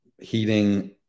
heating